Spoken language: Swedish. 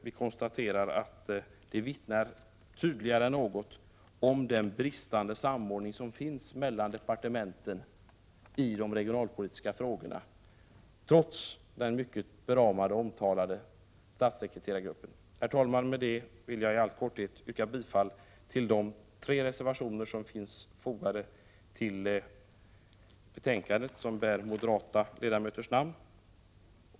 Det vittnar tydligare än tidigare om den bristande samordning som finns mellan departementen i de regionalpolitiska frågorna trots den mycket beramade och omtalade statssekreterargruppen. Herr talman! Med detta vill jag i all korthet yrka bifall till de tre reservationer som är fogade till betänkandet och som bär moderata ledamöters namn.